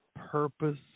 purpose